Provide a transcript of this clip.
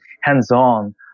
hands-on